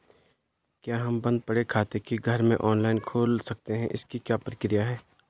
क्या हम बन्द पड़े खाते को घर में ऑनलाइन खोल सकते हैं इसकी क्या प्रक्रिया है?